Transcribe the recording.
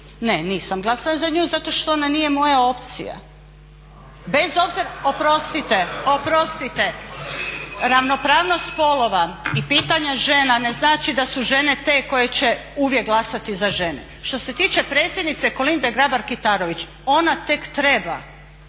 ne, nisam glasala za nju zato što ona nije moja opcija. Bez obzira, oprostite, ravnopravnost spolova i pitanje žena ne znači da su žene te koje će uvijek glasati za žene. Što se tiče predsjednice Kolinde Grabar-Kitarović ona tek treba